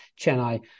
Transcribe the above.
Chennai